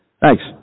Thanks